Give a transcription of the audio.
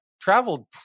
traveled